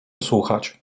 słuchać